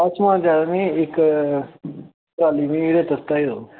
हां समान चाहिदा मिगी इक्क ट्राली रैता सुटाई देओ